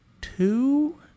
two